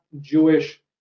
Jewish